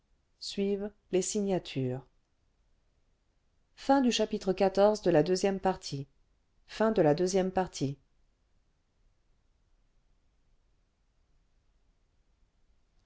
suivent les signatures au bois de